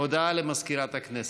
הודעה למזכירת הכנסת.